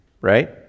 right